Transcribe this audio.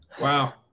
Wow